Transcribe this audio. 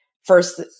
First